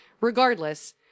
regardless